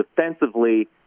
defensively